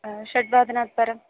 षड्वादनात् परम्